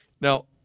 Now